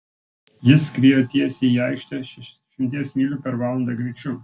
ji skriejo tiesiai į aikštę šešiasdešimties mylių per valandą greičiu